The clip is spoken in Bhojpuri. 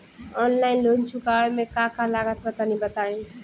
आनलाइन लोन चुकावे म का का लागत बा तनि बताई?